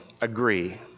agree